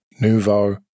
Nouveau